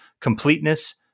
completeness